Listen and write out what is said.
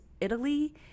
Italy